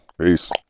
Peace